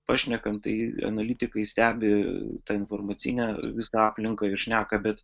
pašnekam tai analitikai stebi tą informacinę visą aplinką ir šneka bet